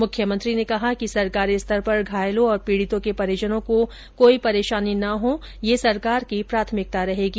मुख्यमंत्री ने कहा कि सरकारी स्तर पर घायलों और पीडितों के परिजनों को कोई परेशानी ना हो ये सरकार की प्राथमिकता रहेगी